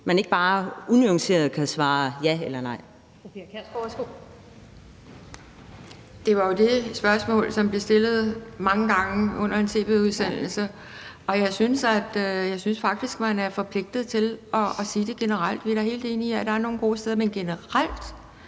Pia Kjærsgaard (DF): Det var jo det spørgsmål, som vi stillede mange gange under en tv-udsendelse, og jeg synes faktisk, at man er forpligtet til at svare generelt på det. Vi er da helt enige i, at der er nogle gode steder, men ville